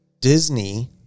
Disney –